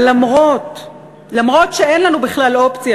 אבל אף שאין לנו בכלל אופציה,